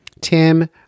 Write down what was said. Tim